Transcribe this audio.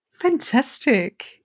Fantastic